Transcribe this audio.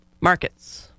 markets